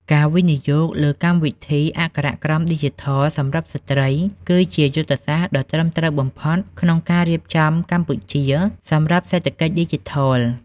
ការវិនិយោគលើកម្មវិធីអក្ខរកម្មឌីជីថលសម្រាប់ស្ត្រី គឺជាយុទ្ធសាស្ត្រដ៏ត្រឹមត្រូវបំផុតក្នុងការរៀបចំកម្ពុជាសម្រាប់សេដ្ឋកិច្ចឌីជីថល។